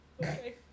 okay